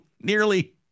nearly